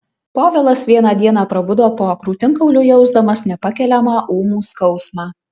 povilas vieną dieną prabudo po krūtinkauliu jausdamas nepakeliamą ūmų skausmą